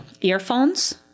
earphones